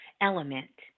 element